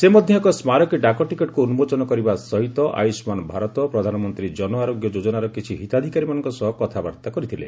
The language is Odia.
ସେ ମଧ୍ୟ ଏକ ସ୍କାରକୀ ଡାକଟିକେଟ୍କୁ ଉନ୍କୋଚନ କରିବା ସହିତ ଆୟୁଷ୍ମାନ୍ ଭାରତ ପ୍ରଧାନମନ୍ତ୍ରୀ ଜନଆରୋଗ୍ୟ ଯୋଜନାର କିଛି ହିତାଧିକାରୀମାନଙ୍କ ସହ କଥାବାର୍ତ୍ତା କରିଥିଲେ